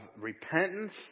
repentance